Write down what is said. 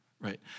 right